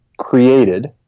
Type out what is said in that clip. created